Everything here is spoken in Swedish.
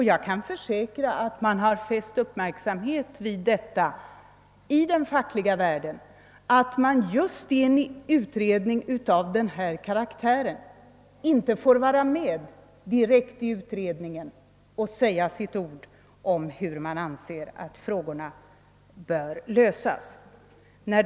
Jag kan försäkra att man inom den fackliga världen har fäst avseende vid att man just i en utredning av den karaktär som förhandlingsutredningen inte får medverka direkt och säga sin mening om hur man anser att problemen bör lösas.